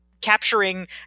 capturing